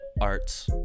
arts